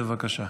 בבקשה.